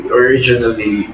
originally